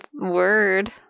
word